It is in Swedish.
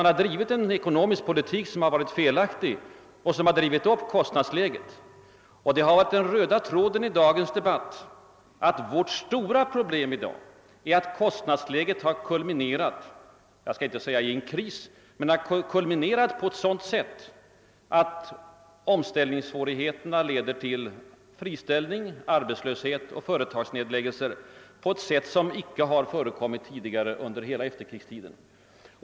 Man har i stället drivit en ekonomisk politik, som varit felaktig och som pressat upp kostnaderna. Den röda tråden i dagens debatt har ju varit att vår kostnadsutveckling har kulminerat, jag skall inte säga i en kris, men i omställningssvårigheter som lett till arbetslöshet och företagsnedläggelser i en utsträckning som inte förekommit tidigare under hela efterkrigstiden.